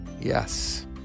Yes